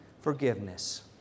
forgiveness